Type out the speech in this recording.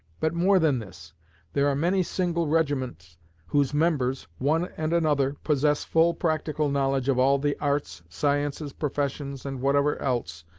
but more than this there are many single regiments whose members, one and another, possess full practical knowledge of all the arts, sciences, professions, and whatever else,